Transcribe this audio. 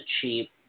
cheap